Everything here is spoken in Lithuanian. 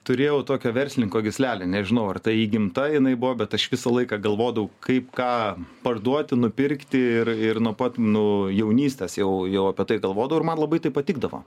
turėjau tokio verslininko gyslelę nežinau ar tai įgimta jinai buvo bet aš visą laiką galvodavau kaip ką parduoti nupirkti ir ir nu pat nu jaunystės jau jau apie tai galvodavau ir man labai tai patikdavo